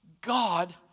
God